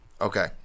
Okay